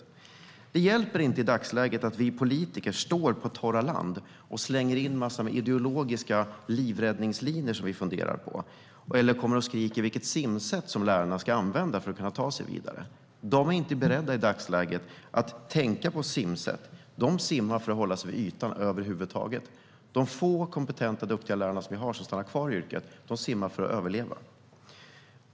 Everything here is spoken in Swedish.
I dagsläget hjälper det inte att vi politiker står på torra land och slänger in en massa ideologiska livräddningslinor som vi funderar på eller kommer och skriker om vilket simsätt som lärarna ska använda för att kunna ta sig vidare. De är inte beredda att tänka på simsätt. De simmar för att hålla sig över ytan över huvud taget. De få kompetenta, duktiga lärare som vi har och som stannar kvar i yrket simmar för att överleva.